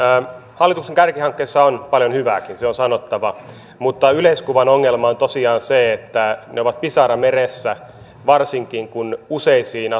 hallituksen kärkihankkeissa on paljon hyvääkin se on sanottava mutta yleiskuvan ongelma on tosiaan se että ne ovat pisara meressä varsinkin kun useisiin